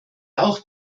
auch